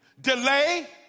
Delay